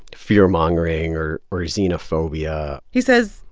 fear-mongering or or xenophobia he says,